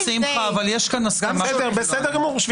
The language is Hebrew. גם ב-14:00.